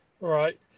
Right